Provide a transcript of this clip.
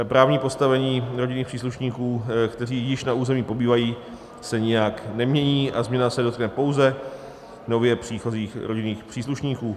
Právní postavení rodinných příslušníků, kteří již na území pobývají, se nijak nemění a změna se dotkne pouze nově příchozích rodinných příslušníků.